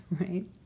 right